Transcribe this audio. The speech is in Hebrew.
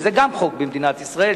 וזה גם חוק במדינת ישראל,